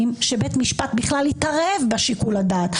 שבית משפט בכלל התערב בשיקול הדעת.